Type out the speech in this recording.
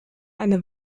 eine